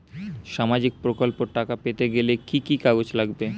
সামাজিক প্রকল্পর টাকা পেতে গেলে কি কি কাগজ লাগবে?